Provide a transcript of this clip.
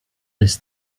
this